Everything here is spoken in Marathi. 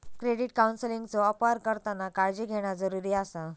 क्रेडिट काउन्सेलिंगचो अपार करताना काळजी घेणा जरुरी आसा